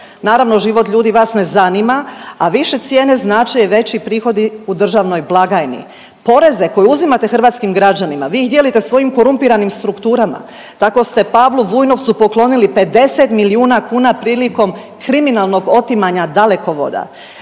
Naravno, život ljudi vas ne zanima, a više cijene znače i veći prihodi u državnoj blagajni. Poreze koje uzimate hrvatskim građanima, vi ih dijelite svojim korumpiranim strukturama, tako ste Pavlu Vujnovcu poklonili 50 milijuna kuna prilikom kriminalnog otimanja Dalekovoda.